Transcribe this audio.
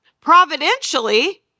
Providentially